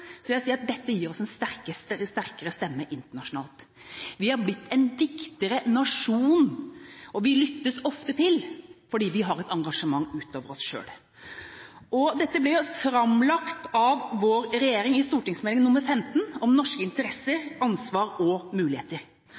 vil jeg si at dette gir oss en sterkere stemme internasjonalt. Vi har blitt en viktigere nasjon, og vi lyttes ofte til fordi vi har et engasjement ut over oss selv. Dette ble framlagt av vår regjering i St.meld. nr. 15 Interesser, ansvar og muligheter.